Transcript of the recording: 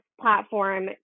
platform